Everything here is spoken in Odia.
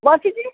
ବାସିଛିି